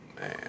man